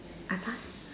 I pass